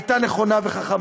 הייתה נכונה וחכמה.